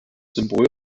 symbol